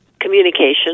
communication